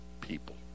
people